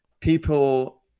people